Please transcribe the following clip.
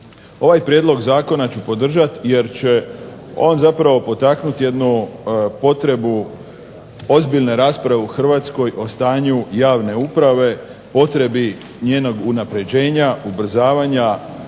ovaj prijedlog zakona ću podržati jer će on zapravo potaknuti jednu potrebu ozbiljne rasprave u Hrvatskoj o stanju javne uprave, potrebi njenog unapređenja, ubrzavanja